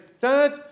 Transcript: Dad